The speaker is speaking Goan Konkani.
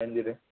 पेन दी रे